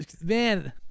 Man